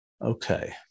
Okay